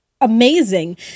amazing